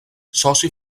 soci